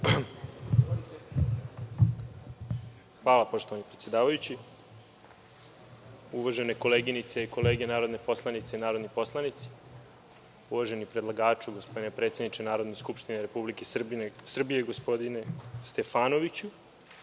Hvala poštovani predsedavajući, uvažene koleginice i kolege narodne poslanice i narodni poslanici, uvaženi predlagaču, gospodine predsedniče Narodne skupštine Republike Srbije, gospodine Stefanoviću,